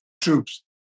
troops